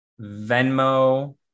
Venmo